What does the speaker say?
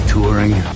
Touring